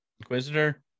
Inquisitor